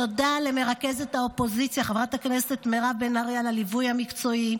תודה למרכזת האופוזיציה חברת הכנסת מירב בן ארי על הליווי המקצועי,